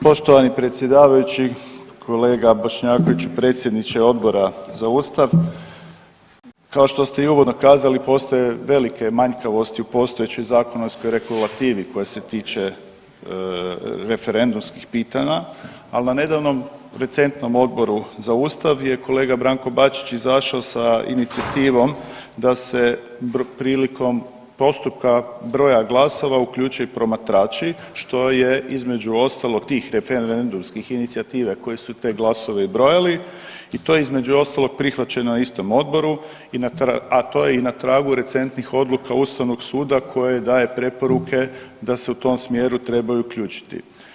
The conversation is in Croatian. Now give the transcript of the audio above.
Poštovani predsjedavajući kolega Bošnjakoviću predsjedniče Odbora za ustav, kao što ste i uvodno kazali postoje velike manjkavosti u postojećoj zakonskoj regulativi koja se tiče referendumskih pitanja, al na nedavnom recentnom Odboru za ustav je kolega Branko Bačić izašao sa inicijativom da se prilikom postupka broja glasova uključe i promatrači, što je između ostalog tih referendumskih inicijative koje su te glasove i brojali i to je između ostalog prihvaćeno na istom odboru, a to je i na tragu recentnih odluka ustavnog suda koje daje preporuke da se u tom smjeru trebaju uključiti.